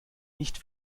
nicht